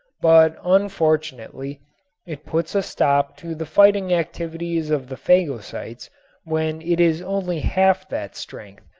but unfortunately it puts a stop to the fighting activities of the phagocytes when it is only half that strength,